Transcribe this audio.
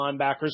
linebackers